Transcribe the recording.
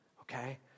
okay